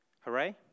Hooray